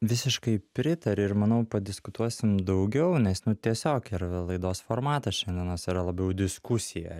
visiškai pritariu ir manau padiskutuosim daugiau nes nu tiesiog ir laidos formatas šiandienos yra labiau diskusija